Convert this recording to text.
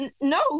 no